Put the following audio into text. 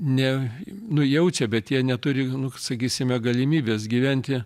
ne nu jaučia bet jie neturi sakysime galimybės gyventi